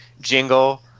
jingle